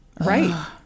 Right